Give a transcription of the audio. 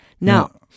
Now